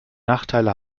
nachteile